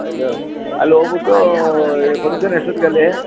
ಇದು ಅಲ್ಲಿ ಹೋಬಿಟ್ಟೂ ಫಂಕ್ಷನ್ ಎಷ್ಟು ಹೊತ್ಗೆ ಅಲ್ಲಿ